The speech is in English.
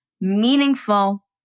meaningful